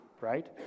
right